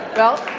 well,